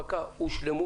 לשמש חברת אשראי של האוצר.